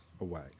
away